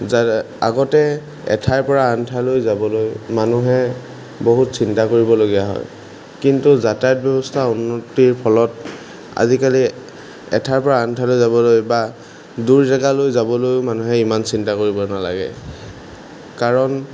আগতে এঠাইৰপৰা আন ঠাইলৈ যাবলৈ মানুহে বহুত চিন্তা কৰিবলগীয়া হয় কিন্তু যাতায়ত ব্যৱস্থা উন্নতিৰ ফলত আজিকালি এঠাইৰপৰা আনঠাইলৈ যাবলৈ বা দূৰ জেগালৈ যাবলৈয়ো মানুহে ইমান চিন্তা কৰিব নালাগে কাৰণ